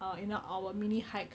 uh you know our mini hike